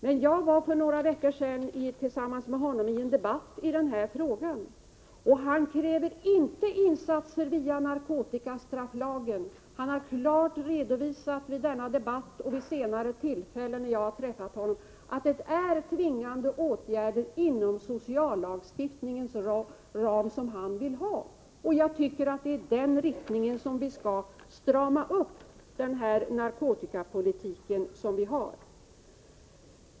Men jag deltog för några veckor sedan tillsammans med honom i en debatt om denna fråga. Han kräver inte insatser via narkotikastrafflagen. Vid denna debatt och vid senare tillfällen när jag har träffat honom har han klart redovisat att det är tvingande åtgärder inom sociallagstiftningens ram som han vill ha. Jag tycker att det är i den riktningen vi skall strama upp den narkotikapolitik som vi har.